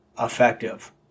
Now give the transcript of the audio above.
effective